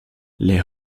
les